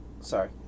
Sorry